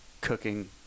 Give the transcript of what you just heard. cooking